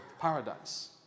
paradise